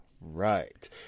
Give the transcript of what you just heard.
right